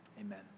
Amen